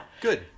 Good